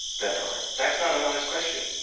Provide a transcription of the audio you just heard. definitely. that's not an honest question.